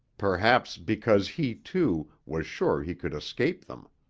perhaps because he, too, was sure he could escape them.